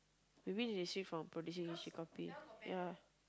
you mean restrict from producing h_d copy ya